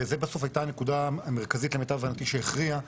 וזו בסוף הייתה הנקודה המרכזית למיטב הבנתי שהכריעה,